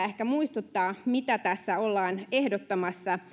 ehkä syytä muistuttaa mitä tässä ollaan ehdottamassa